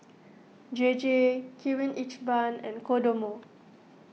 J J Kirin Ichiban and Kodomo